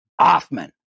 Offman